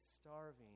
starving